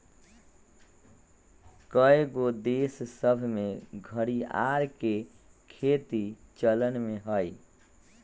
कएगो देश सभ में घरिआर के खेती चलन में हइ